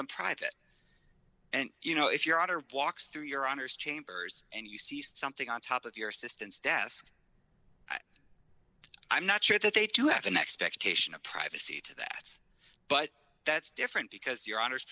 them private and you know if your daughter walks through your honour's chambers and you see something on top of your assistance desk i'm not sure that they do have an expectation of privacy to that but that's different because your hono